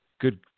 Good